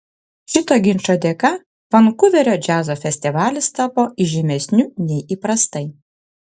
šito ginčo dėka vankuverio džiazo festivalis tapo įžymesniu nei įprastai